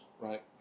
right